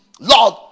Lord